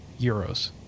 euros